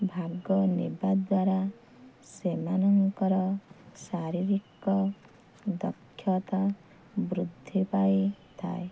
ଭାଗ ନେବା ଦ୍ୱାରା ସେମାନଙ୍କର ଶାରୀରିକ ଦକ୍ଷତା ବୃଦ୍ଧି ପାଇଥାଏ